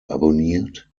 abonniert